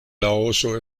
laoso